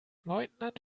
leutnant